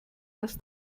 das